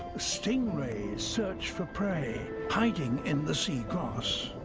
stingrays search for prey hiding in the seagrass.